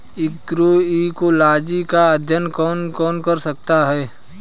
Agroecology का अध्ययन कौन कौन कर सकता है?